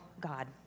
God